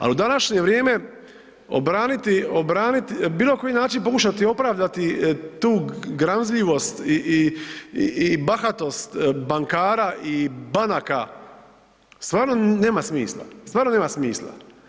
A u današnje vrijeme obraniti, obraniti, na bilo koji način pokušati opravdati tu gramzljivost i, i, i bahatost bankara i banaka stvarno nema smisla, stvarno nema smisla.